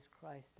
Christ